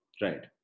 Right